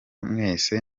mwese